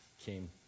came